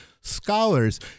scholars